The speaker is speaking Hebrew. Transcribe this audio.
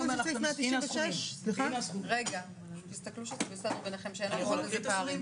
אבל זה סעיף 149 למניעת תאונות עבודה.